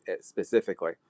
specifically